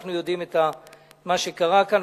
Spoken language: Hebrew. אנחנו יודעים מה קרה כאן,